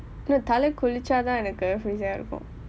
தலை குளிச்சா தான் எனக்கு:thalai kulichaa thaan enakku frizzy ah இருக்கும்:irukkum